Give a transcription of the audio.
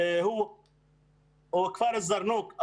או כפר אל-זרנוק,